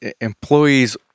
Employees